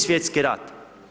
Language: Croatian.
Svjetski rat.